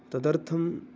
तदर्थं